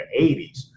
80s